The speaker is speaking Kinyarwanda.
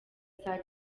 saa